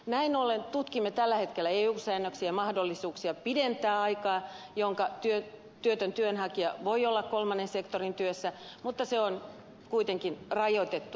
näin ollen tutkimme tällä hetkellä eu säännöksiä mahdollisuuksia pidentää aikaa jonka työtön työnhakija voi olla kolmannen sektorin työssä mutta se on kuitenkin rajoitettua